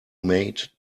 maid